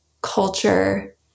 culture